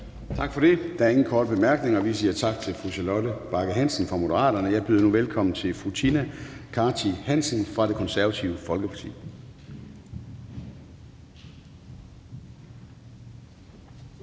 Gade): Der er ingen korte bemærkninger, og vi siger tak til fru Charlotte Bagge Hansen fra Moderaterne. Jeg byder nu velkommen til fru Tina Cartey Hansen fra Det Konservative Folkeparti.